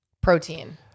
protein